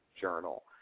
journal